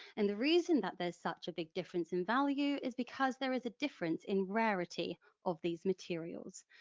and the reason that there's such a big difference in value is because there is a difference in rarity of these materials.